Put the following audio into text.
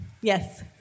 Yes